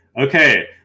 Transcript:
Okay